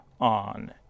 on